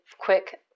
quick